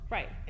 Right